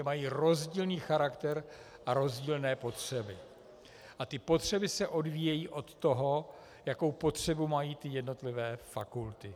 Mají rozdílný charakter a rozdílné potřeby a ty potřeby se odvíjejí od toho, jakou potřebu mají jednotlivé fakulty.